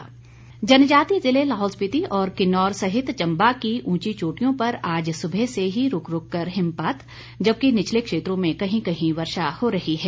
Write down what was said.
मौसम जनजातीय ज़िले लाहौल स्पिति और किन्नौर सहित चम्बा की ऊंची चोटियों पर आज सुबह से ही रुक रुक कर हिमपात जबकि निचले क्षेत्रों में कहीं कहीं वर्षा हो रही है